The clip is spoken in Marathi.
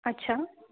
अच्छा